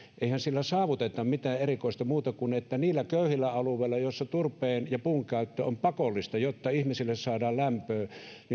eihän sillä saavuteta mitään erikoista muuta kuin että niillä köyhillä alueilla joilla turpeen ja puun käyttö on pakollista jotta ihmisille saadaan lämpöä